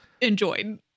enjoyed